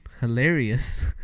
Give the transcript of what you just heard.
hilarious